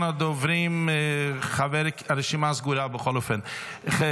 הרשימה סגורה בכל אופן.